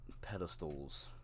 pedestals